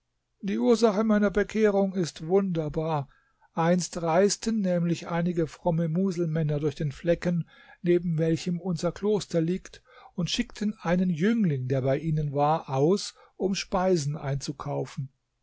die ursache meiner bekehrung ist wunderbar einst reisten nämlich einige fromme muselmänner durch den flecken neben welchem unser kloster liegt und schickten einen jüngling der bei ihnen war aus um speisen einzukaufen